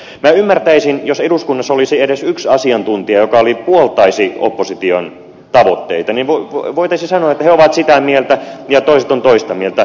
minä ymmärtäisin että jos eduskunnassa olisi edes yksi asiantuntija joka puoltaisi opposition tavoitteita niin voitaisiin sanoa että he ovat sitä mieltä ja toiset ovat toista mieltä